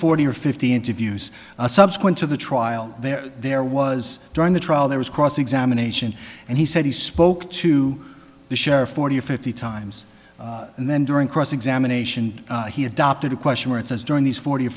forty or fifty interviews subsequent to the trial there there was during the trial there was cross examination and he said he spoke to the sheriff forty or fifty times and then during cross examination he adopted a question where it says during these forty or